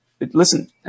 listen